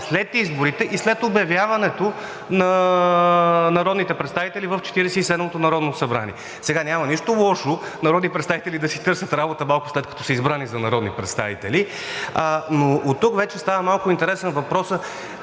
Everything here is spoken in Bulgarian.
след изборите и след обявяването на народните представители в Четиридесет и седмото Народно събрание. Сега, няма нищо лошо народни представители да си търсят работа малко след като са избрани за народни представители, но оттук вече става малко интересен въпросът